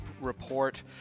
Report